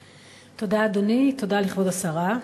תודה, אדוני, תודה לכבוד השרה.